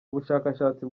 ubushakashatsi